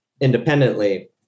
independently